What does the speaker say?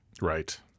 Right